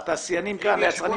לתעשיינים וליצרנים כאן,